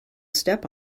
step